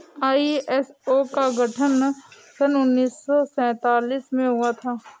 ISO का गठन सन उन्नीस सौ सैंतालीस में हुआ था